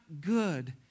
good